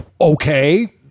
okay